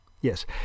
Yes